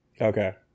Okay